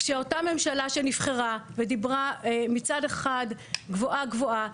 שאותה ממשלה שנבחרה ודיברה מצד אחד גבוהה גבוהה,